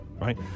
right